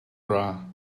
bra